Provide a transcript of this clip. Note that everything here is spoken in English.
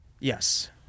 Yes